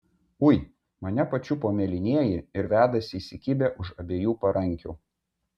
ui mane pačiupo mėlynieji ir vedasi įsikibę už abiejų parankių